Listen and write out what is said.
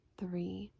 three